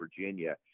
Virginia